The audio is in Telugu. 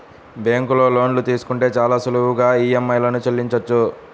బ్యేంకులో లోన్లు తీసుకుంటే చాలా సులువుగా ఈఎంఐలను చెల్లించొచ్చు